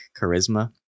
charisma